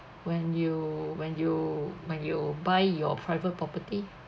when you when you when you buy your private property